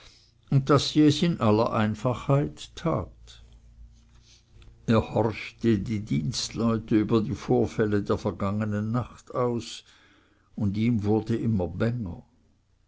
und daß sie es in aller einfachheit tat er horchte die dienstleute über die vorfälle der vergangenen nacht aus und ihm wurde immer